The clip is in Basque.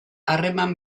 harreman